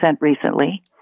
recently